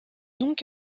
donc